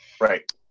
Right